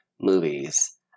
movies